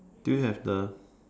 do you have the